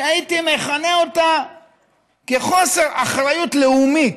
שהייתי מכנה אותו חוסר אחריות לאומית,